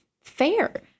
fair